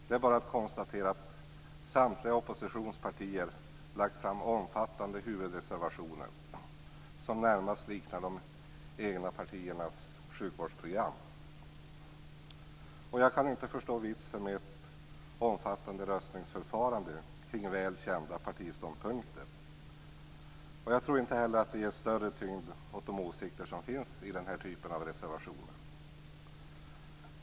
Det är bara att konstatera att samtliga oppositionspartier har lagt fram omfattande huvudreservationer, som närmast liknar de egna partiernas sjukvårdsprogram. Jag kan inte förstå vitsen med ett omfattande röstningsförfarande kring väl kända partiståndpunkter. Jag tror inte heller att det ger större tyngd åt de åsikter som finns i den här typen av reservationer.